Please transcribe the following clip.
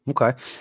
Okay